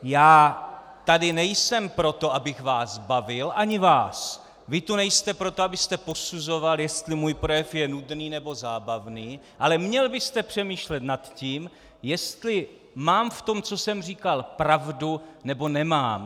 Já tady nejsem proto, abych vás bavil, ani vás, vy tu nejste proto, abyste posuzoval, jestli můj projev je nudný, nebo zábavný, ale měl byste přemýšlet nad tím, jestli mám v tom, co jsem říkal, pravdu nebo nemám.